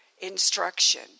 instruction